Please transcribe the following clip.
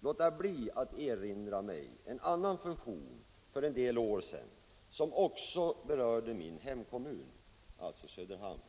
låta bli att erinra om en annan fusion för en del år sedan, som också berörde min hemkommun Söderhamn.